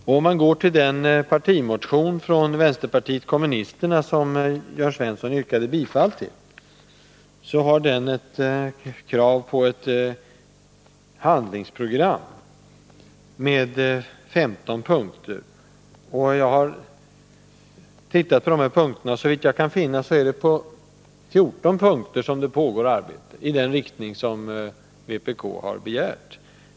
Och om vi ser på den partimotion från vänsterpartiet kommunisterna som Jörn Svensson yrkade bifall till, finner vi att den innehåller krav på ett handlingsprogram i 15 punkter. Jag har tittat på dessa 15 punkter, och såvitt jag kan finna pågår det på 14 av punkterna arbete i den riktning som vpk har begärt.